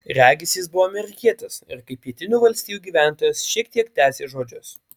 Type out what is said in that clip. regis jis buvo amerikietis ir kaip pietinių valstijų gyventojas šiek tiek tęsė žodžius